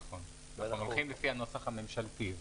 נכון, הולכים לפי הנוסח הממשלתי.